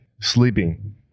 sleeping